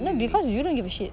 no because you don't give a shit